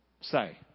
Say